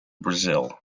brazil